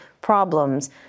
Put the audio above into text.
problems